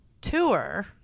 tour